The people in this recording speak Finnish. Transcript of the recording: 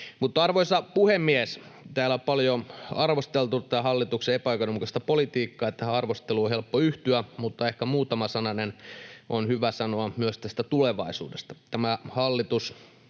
Arvoisa puhemies! Täällä on paljon arvosteltu tätä hallituksen epäoikeudenmukaista politiikkaa, ja tähän arvosteluun on helppo yhtyä, mutta ehkä muutama sananen on hyvä sanoa myös tulevaisuudesta.